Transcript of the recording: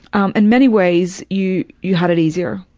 um and many ways you you had it easier,